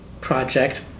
project